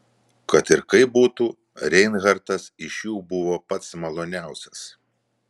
kad ir kaip būtų reinhartas iš jų buvo pats maloniausias